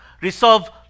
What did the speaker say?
resolve